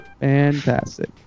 Fantastic